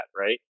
Right